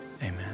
amen